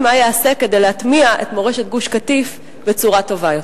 מה ייעשה כדי להטמיע את מורשת גוש-קטיף בצורה טובה יותר?